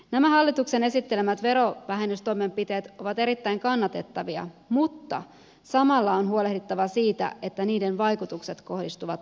nämä hallituksen esittelemät verovähennystoimenpiteet ovat erittäin kannatettavia mutta samalla on huolehdittava siitä että niiden vaikutukset kohdistuvat oikein